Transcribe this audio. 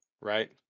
right